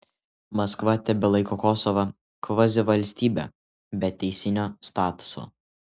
maskva tebelaiko kosovą kvazivalstybe be teisinio statuso